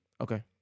Okay